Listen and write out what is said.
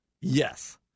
Yes